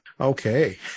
Okay